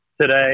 today